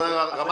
לא, לא.